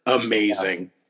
Amazing